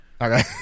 Okay